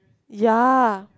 ya